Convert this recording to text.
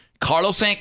Carlos